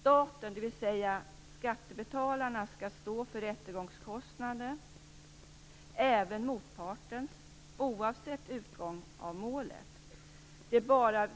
Staten, dvs. skattebetalarna, skall stå för rättegångskostnaderna, även motpartens, oavsett utgången av målet. Det är bara